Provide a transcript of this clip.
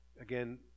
Again